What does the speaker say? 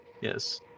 Yes